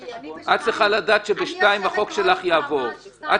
אני יושבת ראש וב-14:00 יש לי דיון.